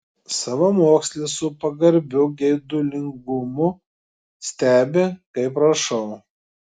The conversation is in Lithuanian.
savamokslis su pagarbiu geidulingumu stebi kaip rašau